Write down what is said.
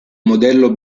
modello